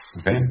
Okay